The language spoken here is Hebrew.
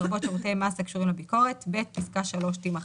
לרבות שירותי מס הקשורים לביקורת"; פסקה (3) תימחק.